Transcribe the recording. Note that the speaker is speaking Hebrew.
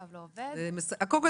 בבקשה.